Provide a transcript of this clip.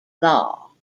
law